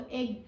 egg